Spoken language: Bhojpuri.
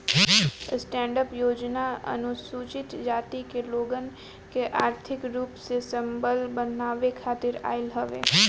स्टैंडडप योजना अनुसूचित जाति के लोगन के आर्थिक रूप से संबल बनावे खातिर आईल हवे